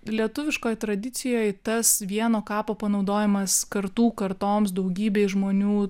lietuviškoj tradicijoj tas vieno kapo panaudojimas kartų kartoms daugybei žmonių